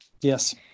Yes